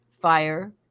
fire